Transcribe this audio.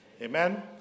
Amen